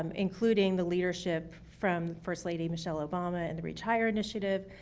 um including the leadership from first lady michele obama and the reach higher initiative,